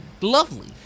Lovely